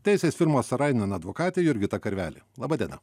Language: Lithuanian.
teisės firmos sorainen advokatė jurgita karvelė laba diena